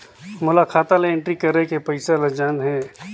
मोला खाता ला एंट्री करेके पइसा ला जान हे?